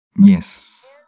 Yes